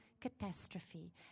catastrophe